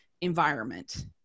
environment